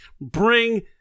bring